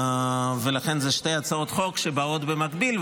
לכן אלה שתי הצעות חוק שבאות במקביל,